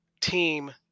team